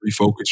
refocus